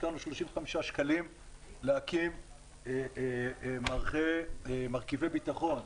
השקענו 35 מיליון שקלים להקים מרכיבי ביטחון,